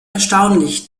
erstaunlich